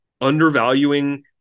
undervaluing